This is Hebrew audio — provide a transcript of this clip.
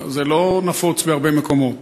זה לא נפוץ בהרבה מקומות.